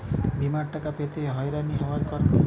বিমার টাকা পেতে হয়রানি হওয়ার কারণ কি?